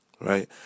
right